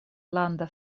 landa